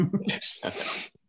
Yes